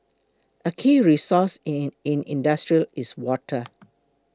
a key resource in industry is water